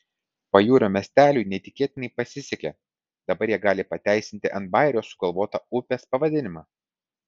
pajūrio miesteliui neįtikėtinai pasisekė dabar jie gali pateisinti ant bajerio sugalvotą upės pavadinimą